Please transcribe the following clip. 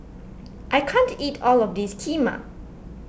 I can't eat all of this Kheema